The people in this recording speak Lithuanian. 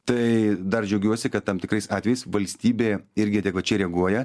tai dar džiaugiuosi kad tam tikrais atvejais valstybė irgi adekvačiai reaguoja